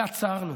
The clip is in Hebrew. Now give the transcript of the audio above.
ועצרנו,